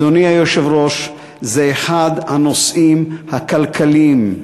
אדוני היושב-ראש, זה אחד הנושאים הכלכליים,